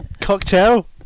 cocktail